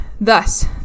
thus